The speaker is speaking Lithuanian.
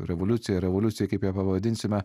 revoliucija revoliucija kaip ją pavadinsime